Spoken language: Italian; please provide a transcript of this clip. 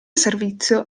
servizio